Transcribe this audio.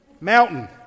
mountain